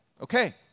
Okay